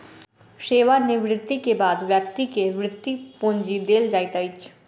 सेवा निवृति के बाद व्यक्ति के वृति पूंजी देल जाइत अछि